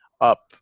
up